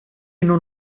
non